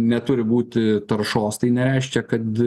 neturi būti taršos tai nereiškia kad